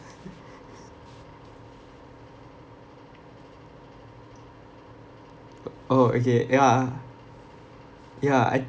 oo oh okay ya ya I